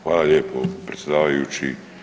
Hvala lijepo predsjedavajući.